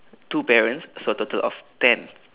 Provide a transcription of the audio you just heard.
two parents so total of ten